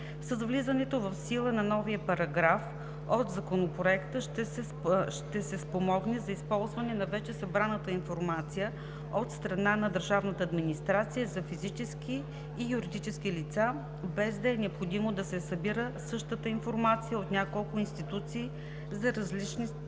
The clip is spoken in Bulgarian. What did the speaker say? С влизането в сила на новия параграф от Законопроекта ще се спомогне за използване на вече събраната информация от страна на държавната администрация за физически и юридически лица, без да е необходимо до се събира същата информация от няколко институции за различни цели.